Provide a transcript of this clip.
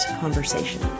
conversation